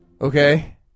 Okay